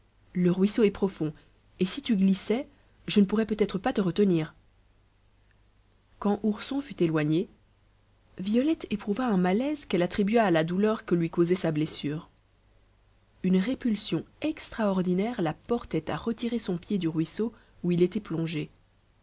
le ruisseau est profond et si tu glissais je ne pourrais peut-être pas te retenir quand ourson fut éloigné violette éprouva un malaise qu'elle attribua à la douleur que lui causait sa blessure une répulsion extraordinaire la portait à retirer son pied du ruisseau où il était plongé